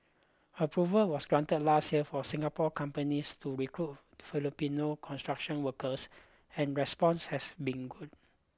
approval was granted last year for Singapore companies to recruit Filipino construction workers and response has been good